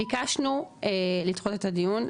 ביקשנו לדחות את הדיון,